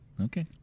Okay